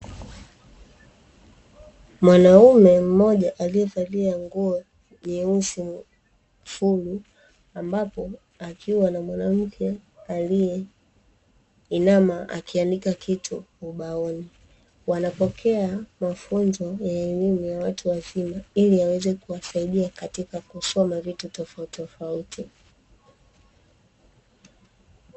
Mwanaume mmoja alievalia nguo nyeu fulu ,ambapo akiwa na mwanamke alieinama akiandika kitu ubaoni ,wanapokea mafunzo ya elimu ya watu wazima ,ili yaweze kuwasaidia katika kusoma vitu tofautitofauti.